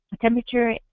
temperature